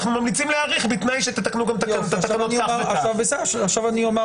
תקנות ה-VC הידועות.